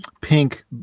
pink